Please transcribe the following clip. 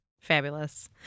fabulous